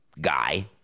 guy